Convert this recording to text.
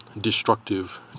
destructive